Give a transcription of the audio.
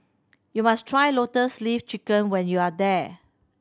you must try Lotus Leaf Chicken when you are there